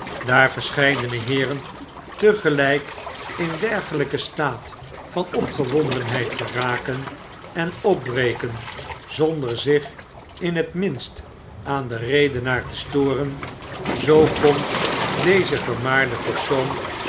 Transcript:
daar verscheidene heeren tegelijk in dergelyken staat van opgewondenheid geraken en opbreken zonder zich in het minst aan den redenaar te storen zoo komt deze vermaarde persoon